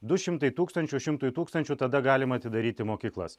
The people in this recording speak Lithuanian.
du šimtai tūkstančių šimtui tūkstančių tada galima atidaryti mokyklas